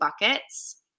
buckets